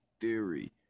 theory